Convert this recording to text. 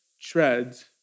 treads